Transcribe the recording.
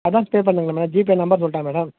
advance pay பண்ணிடுங்கள் madam GPay number சொல்லட்டா madam